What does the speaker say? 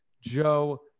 Joe